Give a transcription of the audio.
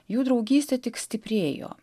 jų draugystė tik stiprėjo